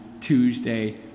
Tuesday